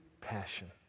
passion